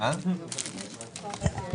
15:34.